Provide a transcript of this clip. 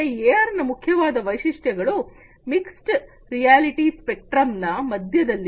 ಮತ್ತೆ ಎಆರ್ ನ ಮುಖ್ಯವಾದ ವೈಶಿಷ್ಟ್ಯಗಳು ಮಿಕ್ಸ್ಡ್ ರಿಯಾಲಿಟಿ ಸ್ಪೆಕ್ಟ್ರಮ್ ನ ಮಧ್ಯದಲ್ಲಿದೆ